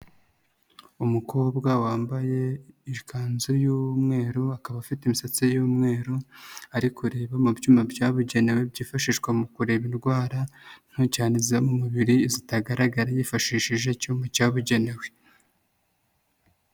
Umukobwa wambaye ikanzu y'umweru akaba afite imisetsi y'umweru ari kureba mu byuma byabugenewe byifashishwa mu kureba indwara nto cyane ziza mu mubiri zitagaragara yifashishije icyuma cyabugenewe.